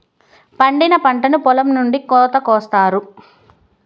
పండిన పంటను పొలం నుండి కోత కొత్తారు